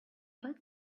bet